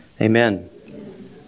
amen